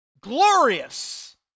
glorious